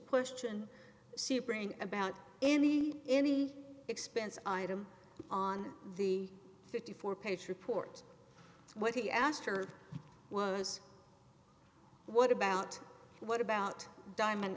question sebring about any any expense item on the fifty four page report what he asked her was what about what about diamond